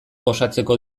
gozatzeko